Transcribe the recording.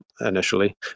initially